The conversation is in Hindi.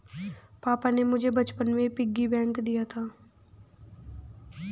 पापा ने मुझे बचपन में पिग्गी बैंक दिया था